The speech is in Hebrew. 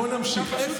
אתה פשוט דמגוג.